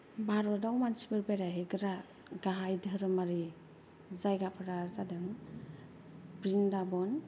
भारताव मानसिफोर बेरायहैग्रा गाहाय धोरोमारि जायगाफोरा जादों ब्रिन्दाबन